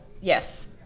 Yes